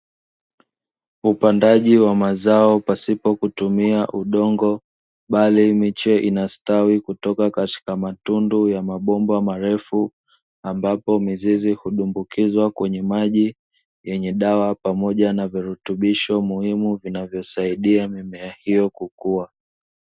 Upandaji wa mazao pasipo kutumia udongo bali miche inastawi kutoka katika matundu ya mabomba marefu, ambapo mizizi hudumbukizwa kwenye maji yenye dawa pamoja na virutubisho muhimu vinavyosaidia mimea hiyo kukua.